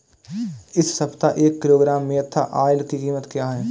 इस सप्ताह एक किलोग्राम मेन्था ऑइल की कीमत क्या है?